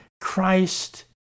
Christ